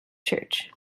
church